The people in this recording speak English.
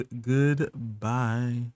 goodbye